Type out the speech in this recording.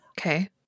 Okay